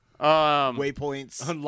waypoints